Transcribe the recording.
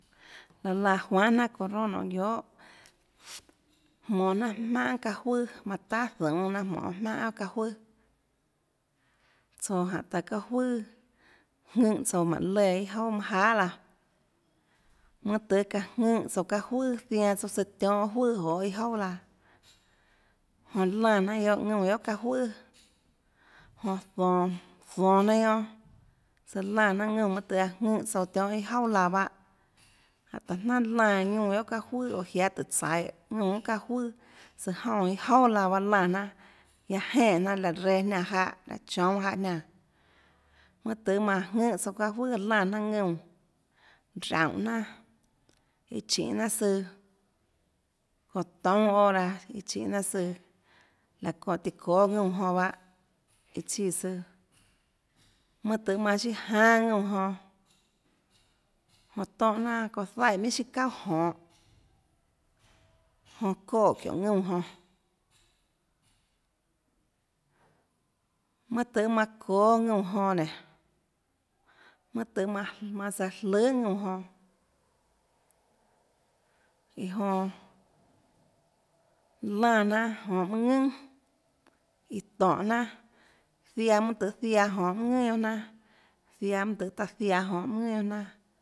Laã laã juanhà jnanà çounã ronà nonê guiohàjmonå jnanà jmaùnhà guiohà çaâ juøà manã tahà zounê jnanà jmonê jmaùnhà guiohà çaâ juøà tsoå jánhå taã çaâ juøà jðùnhã tsouã jmánhå léã iâ jouà manâ jahàlaãmønâ tøhê çaã jðùnhã tsouã çaâ juøàzianã tsouã søã tionhâ çaâ juøà joê iâ jouà laã jonã lánã jnanà guiohà ðuúnã guiohà çaâ juøàjonã zonåzonå jnanà guionâ tsøã lánã jnanà ðuúnã mønâ tøhê çaâ jðùnhã tsouã tionhâ iâ jouà laã pahâ jánhå taã jnanà lánã ðuúnã guiohà çaâ juøà oå jiáâ tùhå tsaihå ðuúnã guiohà çaâ juøà søã jónã iâ jouà laã ahâ lánã jnanàguiaâ jenè jnanà laã reã jniánã jáhãñanã coúnâ jáhã jniánã mønâ tøhê manã jðùnhã tsouã çaâ juøàlánã jnanà ðuúnãraúnhå jnanàiã chinê jnanà søãçónhã toúnâ hora chinê jnanà søãlaã çónhã tíã çóâ ðuúnã jonãiã chíã siãmønâ tøhê manã siâ jánâ ðuúnã jonã jonã tónhã jnanà çounã zaíhã minhà siâ çauà jonhå jonã çoè çiónhå ðuúnã jonãmønâ tøhê manã çóâ ðuúnã jonã nénå mønâ tøhê manã manã saã jløhà ðuúnã jonã iã jonã lánã jnanà jonhå mønâ ðønà iã tónhå jnanàziaã mønâ tøhê ziaã jonhå mønâ ðønàguionà jnanà ziaã mønâ tøhê taã ziaã jonhå mønâ ðønàguionà jnanà